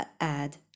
add